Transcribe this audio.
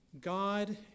God